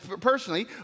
personally